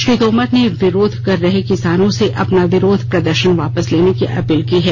श्री तोमर ने विरोध कर रहे किसानों से अपना विरोध प्रदर्शन वापस लेने की अपील की है